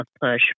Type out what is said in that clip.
push